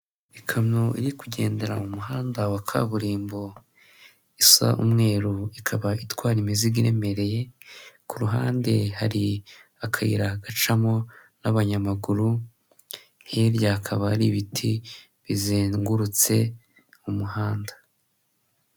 Ikamyo iri kugendera mu muhanda wa kaburimbo isa umweru, ikaba itwara imizigo iremereye, ku ruhande hari akayira gacamo n'abanyamaguru, hirya hakaba hari ibiti bizengurutse umuhanda.